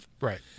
Right